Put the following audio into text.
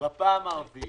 בפעם הרביעית,